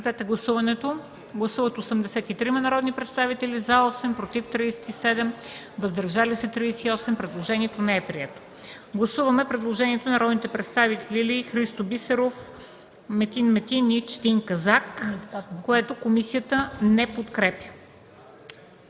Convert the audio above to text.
част. Гласували 83 народни представители: за 8, против 37, въздържали се 38. Предложението не се подкрепя. Гласуваме предложението от народните представители Христо Бисеров, Митхат Метин и Четин Казак, което комисията не подкрепя.